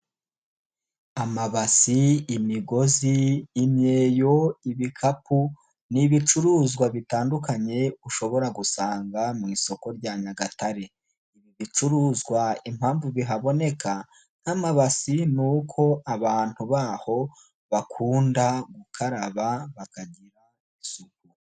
Amabasi, imigozi, imyeyo, ibikapu, ni ibicuruzwa bitandukanye ushobora gusanga mu isoko rya Nyagatare, ibicuruzwa impamvu bihaboneka nk'amabasi ni uko abantu baho bakunda gukaraba bakagira isuku.